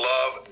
Love